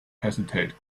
hesitate